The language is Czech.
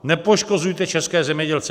Nepoškozujte české zemědělce.